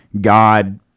God